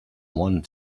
want